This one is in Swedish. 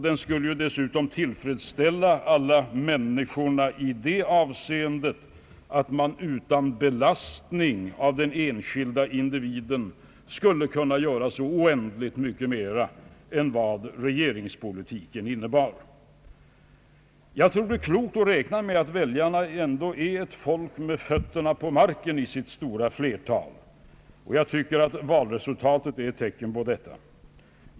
Den skulle dessutom tillfredsställa alla människor i det avseendet att man utan belastning av den enskilde individen skulle kunna göra så oändligt mycket mera än vad regeringspolitiken innebar. Jag tror att det är klokt att räkna med att väljarna är ett folk med fötterna på marken i sitt stora flertal, och jag tycker att valresultatet är ett tecken på detta.